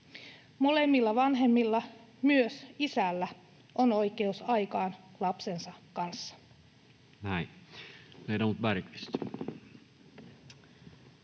Molemmilla vanhemmilla, myös isällä, on oikeus aikaan lapsensa kanssa. [Speech